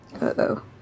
Uh-oh